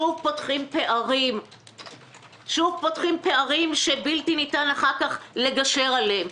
שוב פותחים פערים שבלתי ניתן אחר-כך ניתן לגשר עליהם.